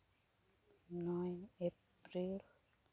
ᱱᱚᱭ ᱮᱯᱨᱤᱞ